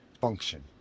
function